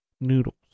noodles